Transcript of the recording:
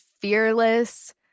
fearless